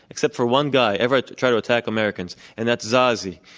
except for one guy, ever try to attack americans, and that's zazi.